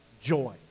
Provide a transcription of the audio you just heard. joy